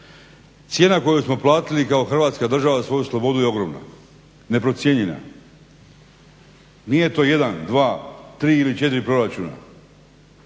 Cijena koju smo platiti kao Hrvatska država za svoju slobodu je ogromna, neprocijenjena. Nije to jedan, dva, tri ili četiri proračuna